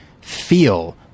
feel